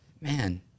man